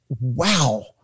Wow